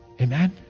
Amen